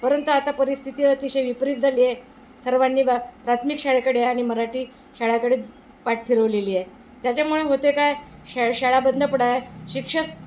परंतु आता परिस्थिती अतिशय विपरीत झाली आहे सर्वांनी बा प्राथमिक शाळेकडे आणि मराठी शाळेकडे पाठ फिरवलेली आहे त्याच्यामुळे होते काय शा शाळा बंद पडाय शिक्षक